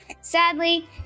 Sadly